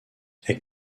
est